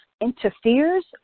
interferes